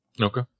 Okay